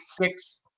six